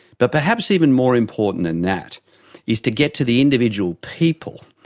but perhaps even more important than that is to get to the individual people.